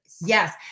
yes